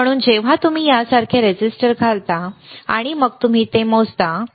म्हणून जेव्हा तुम्ही यासारखे रेझिस्टर घालता आणि मग तुम्ही ते मोजता बरोबर